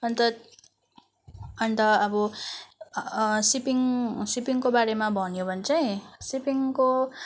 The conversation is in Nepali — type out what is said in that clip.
अन्त अन्त अब सिपिङ सिपिङको बारेमा भन्यो भने चाहिँ सिपिङको